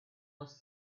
was